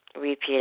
repeat